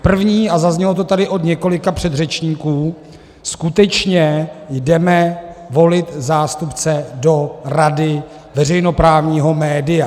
První, a zaznělo to tady od několika předřečníků, skutečně jdeme volit zástupce do rady veřejnoprávního média.